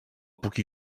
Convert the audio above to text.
póki